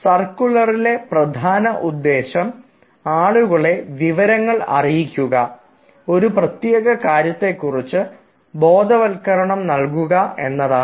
സർക്കുലറിലെ പ്രധാന ഉദ്ദേശം ആളുകളെ വിവരങ്ങൾ അറിയിക്കുക ഒരു പ്രത്യേക കാര്യത്തെ കുറിച്ച് ബോധവൽക്കരണം നൽകുക എന്നതാണ്